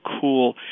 cool